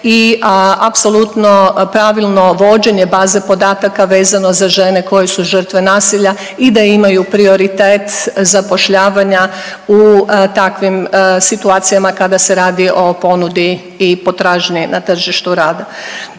i apsolutno pravilno vođenje baze podataka vezano za žene koje su žrtve nasilja i da imaju prioritet zapošljavanja u takvim situacijama kada se radi o ponudi i potražnji na tržištu rada.